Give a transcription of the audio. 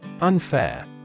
Unfair